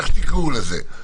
איך שתקראו לזה,